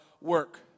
work